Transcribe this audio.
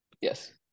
Yes